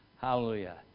hallelujah